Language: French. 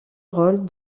rôle